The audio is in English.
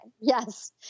Yes